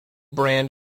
brand